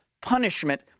punishment